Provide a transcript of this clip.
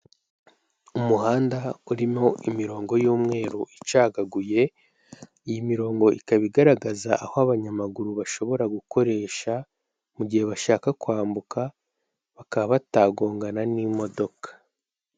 Umuhanda urimo imirongo y'umweru icagaguye iyi mirongo ikaba igaragaza aho abanyamaguru bashobora gukoresha mu gihe bashaka kwambuka bakaba batagongana n'imodoka.